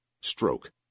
Stroke